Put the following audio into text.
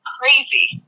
crazy